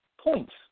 points